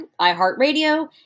iHeartRadio